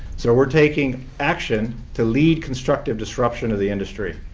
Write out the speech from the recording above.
so we're taking action to lead constructive disruption of the industry.